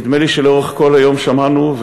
נדמה לי שלאורך כל היום שמענו,